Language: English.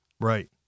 Right